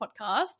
podcast